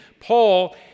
Paul